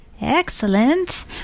Excellent